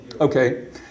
okay